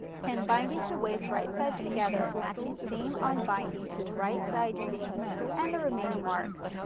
pin binding to waist, right sides together, matching seam on binding to right side seam and the remaining marks.